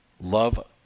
love